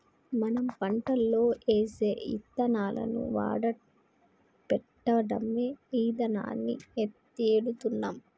మనం పంటలో ఏసే యిత్తనాలను వాడపెట్టడమే ఇదానాన్ని ఎడుతున్నాం